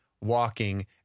walking